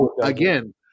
again